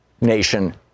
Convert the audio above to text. nation